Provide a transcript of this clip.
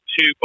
two